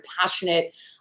passionate